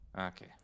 okay